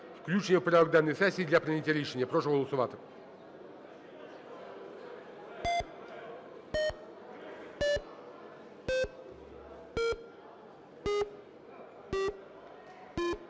Включення в порядок денний сесії для прийняття рішення. Прошу голосувати.